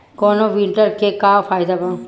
कौनो वीडर के का फायदा बा?